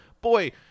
boy